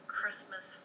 Christmas